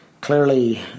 clearly